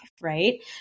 right